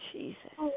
Jesus